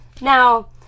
Now